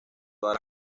todas